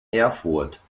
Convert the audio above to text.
erfurt